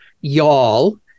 y'all